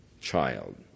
child